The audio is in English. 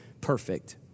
perfect